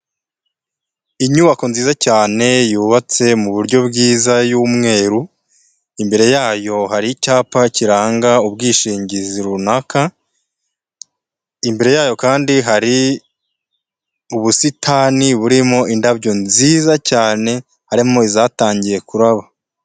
Inyubako nziza cyane yubatse mu buryo bwiza y'umweru, imbere yayo hari icyapa kiranga ubwishingizi runaka, imbere yayo kandi hari ubusitani burimo indabyo nziza cyane, harimo izatangiye kuraba.